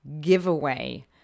giveaway